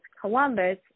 Columbus